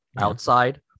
outside